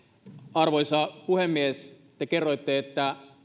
arvoisa puhemies te kerroitte että